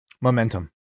momentum